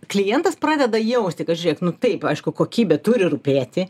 klientas pradeda jausti kad žiūrėk nu taip aišku kokybė turi rūpėti